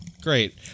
great